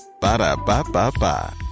Ba-da-ba-ba-ba